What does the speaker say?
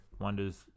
wonders